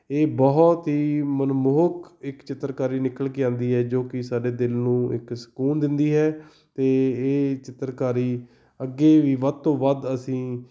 ਇਹ ਬਹੁਤ ਹੀ ਮਨਮੋਹਕ ਇੱਕ ਚਿੱਤਰਕਾਰੀ ਨਿਕਲ ਕੇ ਆਉਂਦੀ ਹੈ ਜੋ ਕਿ ਸਾਡੇ ਦਿਲ ਨੂੰ ਇੱਕ ਸਕੂਨ ਦਿੰਦੀ ਹੈ ਅਤੇ ਇਹ ਚਿੱਤਰਕਾਰੀ ਅੱਗੇ ਵੀ ਵੱਧ ਤੋਂ ਵੱਧ ਅਸੀਂ